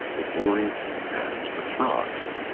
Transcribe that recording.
the boys and the frogs